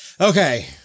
Okay